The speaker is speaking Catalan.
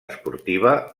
esportiva